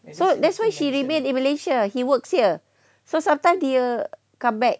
so that's why she remained in malaysia he works here so sometimes dia come back